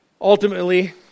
Ultimately